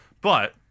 But-